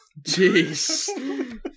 Jeez